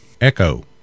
echo